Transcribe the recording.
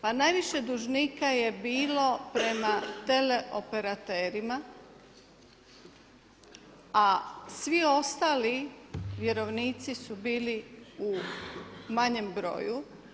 Pa najviše dužnika je bilo prema teleoperaterima a svi ostali vjerovnici su bili u manjem broju.